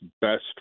best